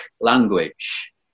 language